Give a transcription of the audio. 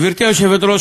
גברתי היושבת-ראש,